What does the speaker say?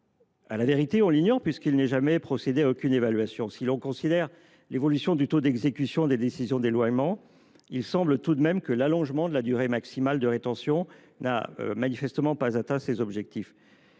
? En vérité, on l’ignore, puisqu’il n’est jamais procédé à aucune évaluation. Mais si l’on considère l’évolution du taux d’exécution des décisions d’éloignement, il semble tout de même que l’allongement de la durée maximale de rétention n’a pas atteint ses objectifs.